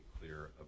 clear